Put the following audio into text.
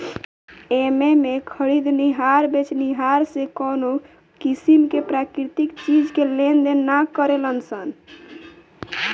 एमें में खरीदनिहार बेचनिहार से कवनो किसीम के प्राकृतिक चीज के लेनदेन ना करेलन सन